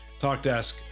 TalkDesk